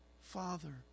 Father